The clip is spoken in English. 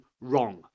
wrong